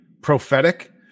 prophetic